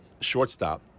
shortstop